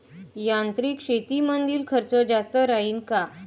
यांत्रिक शेतीमंदील खर्च जास्त राहीन का?